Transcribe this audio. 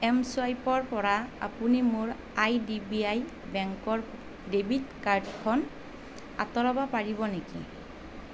M ছুৱাইপৰ পৰা আপুনি মোৰ আইডিবিআই বেংকৰ ডেবিট কাৰ্ডখন আঁতৰাব পাৰিব নেকি